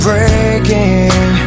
Breaking